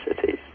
cities